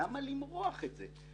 למה למרוח את זה?